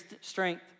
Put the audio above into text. strength